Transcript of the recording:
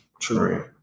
True